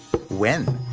when?